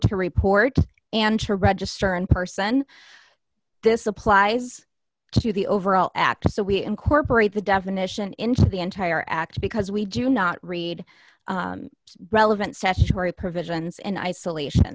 to report and to register in person this applies to the overall act so we incorporate the definition into the entire act because we do not read relevant seshadri provisions in isolation